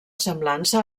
semblança